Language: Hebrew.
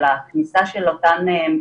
של הכניסה של אותו מכשור,